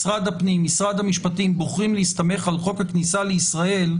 משרד הפנים ומשרד המשפטים בוחרים להסתמך על חוק הכניסה לישראל,